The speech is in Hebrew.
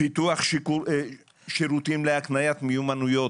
פיתוח שירותים להקניית מיומנויות.